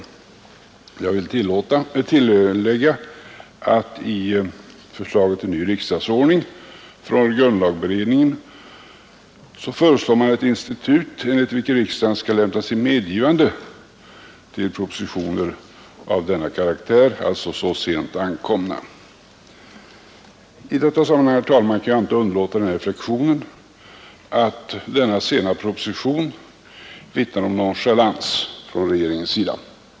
Jag vill tillägga att i förslaget till ny riksdagsordning från grundlagberedningen föreslås ett institut enligt vilket riksdagen skall lämna sitt medgivande när propositioner avlämnas så sent. I detta sammanhang kan jag inte underlåta att göra den reflexionen att denna sena proposition är ett uttryck för nonchalans från regeringens sida.